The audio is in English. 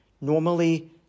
Normally